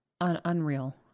Unreal